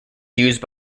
used